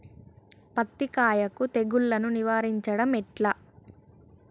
పత్తి కాయకు తెగుళ్లను నివారించడం ఎట్లా?